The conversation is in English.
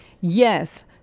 Yes